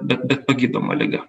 bet bet pagydoma liga